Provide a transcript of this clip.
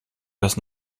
das